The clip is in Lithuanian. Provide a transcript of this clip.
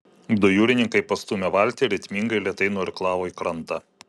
du jūrininkai pastūmė valtį ir ritmingai lėtai nuirklavo į krantą